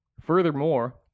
Furthermore